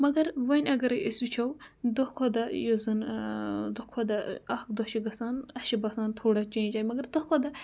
مگر وۄنۍ اَگرے أسۍ وٕچھو دۄہ کھۄتہٕ دۄہ یُس زَن دۄہ کھۄتہٕ دۄہ اکھ دۄہ چھِ گژھان اَسہِ چھُ باسان تھوڑا چینٛج آیہِ مگر دۄہ کھۄتہٕ دۄہ